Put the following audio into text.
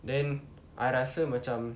then I rasa macam